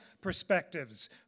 perspectives